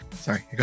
sorry